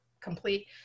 complete